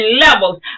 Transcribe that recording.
levels